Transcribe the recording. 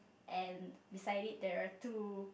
and beside it there are two